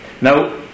now